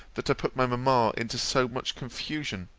that i put my mamma into so much confusion